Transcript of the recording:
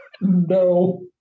no